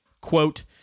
Quote